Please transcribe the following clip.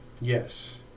Yes